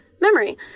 memory